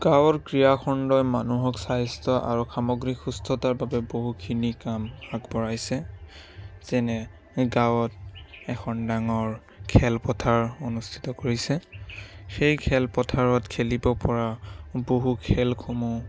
গাঁৱৰ ক্ৰীড়া খণ্ডই মানুহক স্বাস্থ্য আৰু সামগ্ৰিক সুস্থতাৰ বাবে বহুতখিনি কাম আগবঢ়াইছে যেনে গাঁৱত এখন ডাঙৰ খেলপথাৰ অনুষ্ঠিত কৰিছে সেই খেলপথাৰত খেলিব পৰা বহু খেলসমূহ